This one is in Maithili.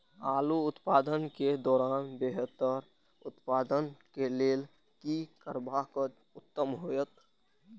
आलू उत्पादन के दौरान बेहतर उत्पादन के लेल की करबाक उत्तम होयत?